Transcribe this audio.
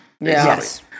Yes